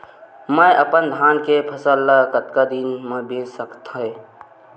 मैं अपन धान के फसल ल कतका दिन म बेच सकथो?